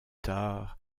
tard